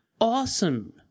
Awesome